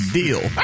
deal